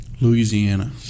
Louisiana